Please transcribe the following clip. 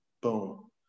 boom